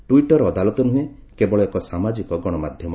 Twitter ଅଦାଲତ ନୁହେଁ କେବଳ ଏକ ସାମାଜିକ ଗଣମାଧ୍ୟମ